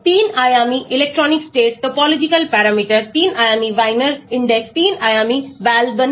3 आयामी electronic state topological parameter 3 आयामी Wiener index 3 आयामी Balaban index